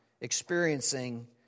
experiencing